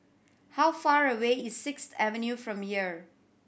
how far away is Sixth Avenue from here